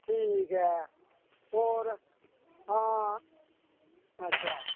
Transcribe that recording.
ठीक ऐ होर हां अच्छा